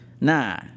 Nah